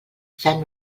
fem